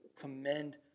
commend